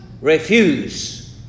refuse